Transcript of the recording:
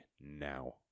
now